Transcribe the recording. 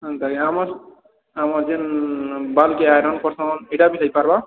ଏନ୍ତା କି ଆମର୍ ଆମ ଯେନ୍ ବାଲ୍ କେ ଆଇରନ୍ କରୁସନ୍ ଏଟା ବି ହେଇପାରିବା